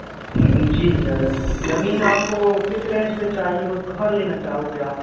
जी sir ज़मीन आपको किस रेंज पर चाहिए और कहाँ लेना चाहोगे आप